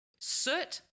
soot